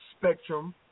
spectrum